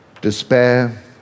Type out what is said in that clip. despair